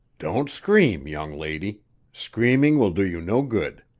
don't scream, young lady screaming will do you no good.